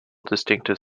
distinctive